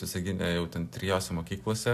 visagine jau ten trijose mokyklose